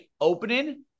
opening